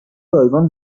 رایگان